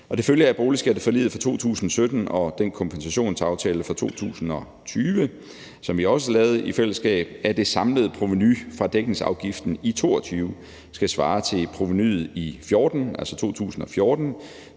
Det følger af boligskatteforliget fra 2017 og den kompensationsaftale fra 2020, som vi også lavede i fællesskab, at det samlede provenu fra dækningsafgiften i 2022 skal svare til provenuet i 2014 justeret